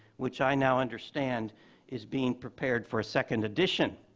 which i now understand is being prepared for a second edition.